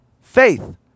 faith